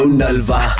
nalva